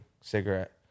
cigarette